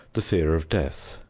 the fear of death,